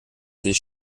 sich